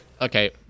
Okay